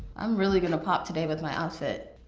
i'm really gonna pop today with my outfit.